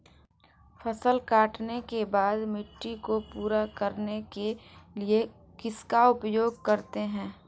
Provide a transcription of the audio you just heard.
फसल काटने के बाद मिट्टी को पूरा करने के लिए किसका उपयोग करते हैं?